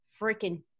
freaking